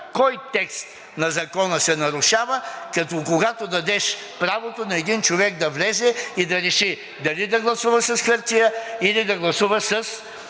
кой текст на Закона се нарушава, когато дадеш правото на един човек да влезе и да реши дали да гласува с хартия, или да гласува с